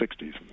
60s